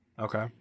Okay